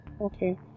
Okay